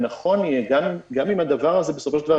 נכון יהיה, גם אם בסופו של דבר